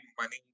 money